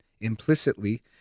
implicitly